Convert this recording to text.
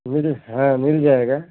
हाँ मिल जायेगा